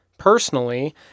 personally